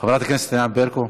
חברת הכנסת ענת ברקו,